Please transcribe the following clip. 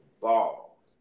ball